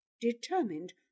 determined